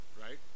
right